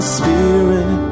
spirit